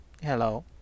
Hello